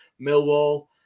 Millwall